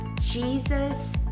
Jesus